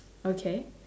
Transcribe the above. okay